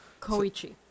Koichi